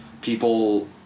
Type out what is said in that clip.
people